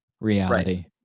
reality